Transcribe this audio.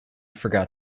forgot